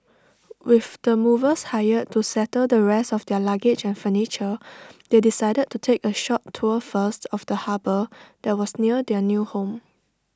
with the movers hired to settle the rest of their luggage and furniture they decided to take A short tour first of the harbour that was near their new home